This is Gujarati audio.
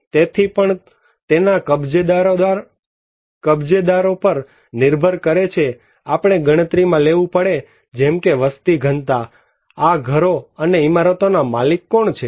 તેથી તે પણ તેના કબજેદારો પર નિર્ભર કરે છે આપણે ગણતરીમાં લેવું પડે જેમકે વસ્તી ઘનતા આ ઘરો અને ઇમારતો ના માલિક કોણ છે